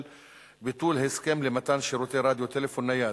ביטול הסכם למתן שירותי רדיו טלפון נייד),